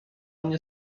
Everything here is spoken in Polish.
mnie